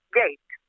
gate